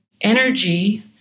energy